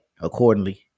accordingly